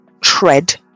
tread